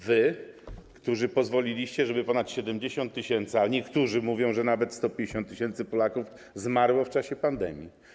Wy, którzy pozwoliliście, żeby ponad 70 tys., a niektórzy mówią, że nawet 150 tys. Polaków zmarło w czasie pandemii.